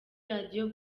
radio